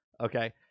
okay